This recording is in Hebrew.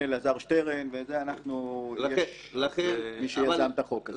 אלעזר שטרן, מי שיזם את החוק הזה יחד איתי.